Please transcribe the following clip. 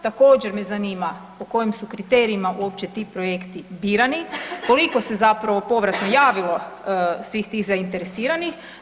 Također me zanima po kojim su kriterijima uopće ti projekti birani, koliko se zapravo povratno javilo svih tih zainteresiranih?